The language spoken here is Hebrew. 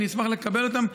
אשמח לקבל אותם ואבדוק.